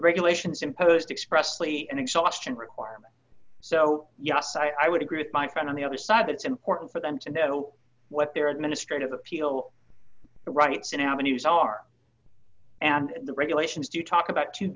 regulations imposed expressly and exhaustion requirement so yes i would agree with my friend on the other side it's important for them to know what their administrative appeal rights and avenues are and the regulations do talk about t